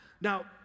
now